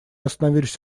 остановились